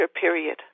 period